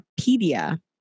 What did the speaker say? Wikipedia